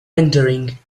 entering